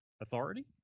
Authority